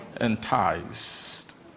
enticed